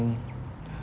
hmm